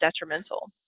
detrimental